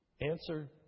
Answer